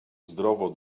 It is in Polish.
zdrowo